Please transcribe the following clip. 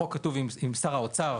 בחוק כתוב "עם שר האוצר",